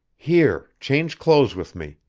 here, change clothes with me.